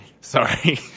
Sorry